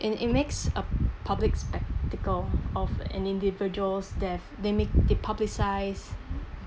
it it makes up public spectacle of an individual's death they make it publicize